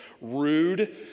rude